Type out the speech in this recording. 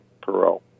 parole